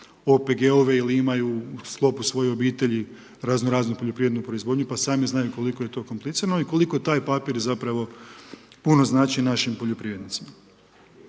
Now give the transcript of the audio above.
OPG-ove ili imaju u sklopu svoje obitelji razno-raznu poljoprivrednu proizvodnju pa sami znaju koliko je to komplicirano i koliko taj papir zapravo puno znači našim poljoprivrednicima.